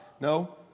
No